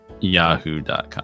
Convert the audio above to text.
yahoo.com